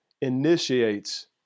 initiates